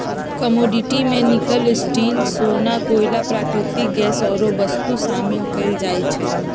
commodity में nickel, steel,, सोना, कोइला, प्राकृतिक गैस आउरो वस्तु शामिल कयल जाइ छइ